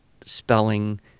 spelling